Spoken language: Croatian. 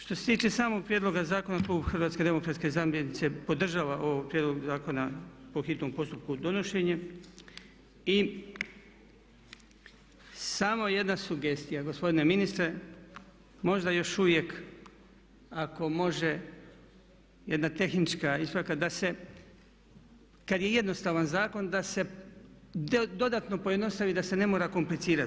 Što se tiče samog prijedloga zakona klub HDZ-a podržava ovaj prijedlog zakona po hitnom postupku donošenje i samo jedna sugestija gospodine ministre možda još uvijek ako može jedna tehnička ispravka da se kad je jednostavan zakon da se dodatno pojednostavi da se ne mora komplicirati.